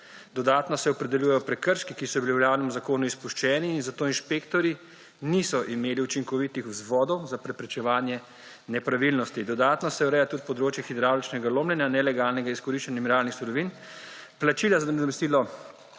Dodatno se opredeljujejo prekrški, ki so bili v veljavnem zakonu izpuščeni, zato inšpektorji niso imeli učinkovitih vzvodov za preprečevanje nepravilnosti. Dodatno se ureja tudi področje hidravličnega lomljenja, nelegalnega izkoriščanja mineralnih surovin, plačila za nadomestilo